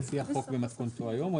לפי החוק במתכונתו היום, או